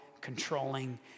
controlling